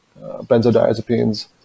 benzodiazepines